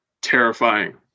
terrifying